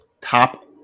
top